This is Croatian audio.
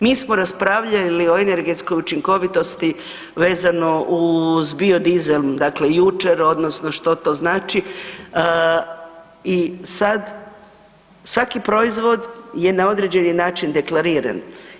Mi smo raspravljali o energetskoj učinkovitosti vezano uz biodizel, dakle jučer odnosno što to znači i sad svaki proizvod je na određeni način deklariran.